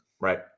Right